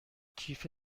کیف